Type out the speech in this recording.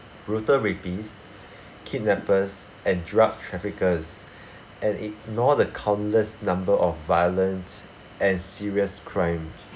brutal rapists kidnappers and drug traffickers and ignore the countless number of violent and serious crime